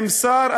עם שר,